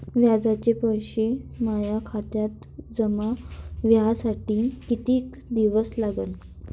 व्याजाचे पैसे माया खात्यात जमा व्हासाठी कितीक दिवस लागन?